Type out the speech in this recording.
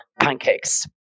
pancakes